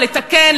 לתקן,